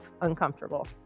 uncomfortable